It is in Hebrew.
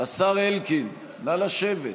השר אלקין, נא לשבת.